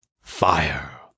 Fire